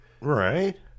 Right